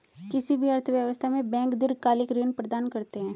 किसी भी अर्थव्यवस्था में बैंक दीर्घकालिक ऋण प्रदान करते हैं